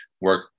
work